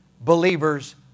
believers